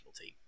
team